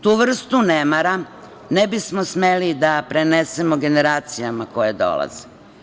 Tu vrstu nemara ne bismo smeli da prenesemo generacijama koje dolaze.